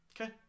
Okay